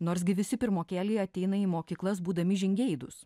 nors gi visi pirmokėliai ateina į mokyklas būdami žingeidūs